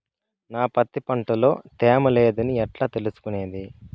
నా పత్తి పంట లో తేమ లేదని ఎట్లా తెలుసుకునేది?